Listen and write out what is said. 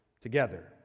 together